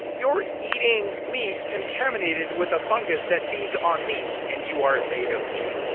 you're eating meat contaminated with a fungus that feeds on meat. and you are made of meat.